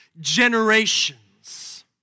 generations